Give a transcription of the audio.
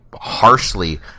harshly